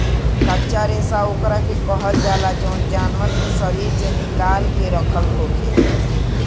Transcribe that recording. कच्चा रेशा ओकरा के कहल जाला जवन जानवर के शरीर से निकाल के रखल होखे